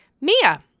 Mia